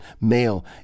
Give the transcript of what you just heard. male